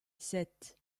sept